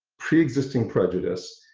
pre-existing prejudice,